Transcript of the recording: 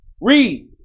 Read